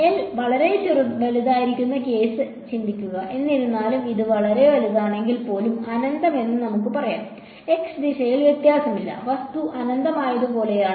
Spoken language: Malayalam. എൽ വളരെ വലുതായിരിക്കുന്ന കേസ് ചിന്തിക്കുക എന്നിരുന്നാലും അത് വളരെ വലുതാണെങ്കിൽ പോലും അനന്തമെന്ന് നമുക്ക് പറയാം x ദിശയിൽ വ്യത്യാസമില്ല വസ്തു അനന്തമായതുപോലെയാണ്